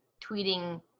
tweeting